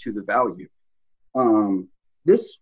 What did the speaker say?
to the value this